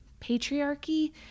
patriarchy